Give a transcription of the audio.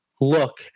look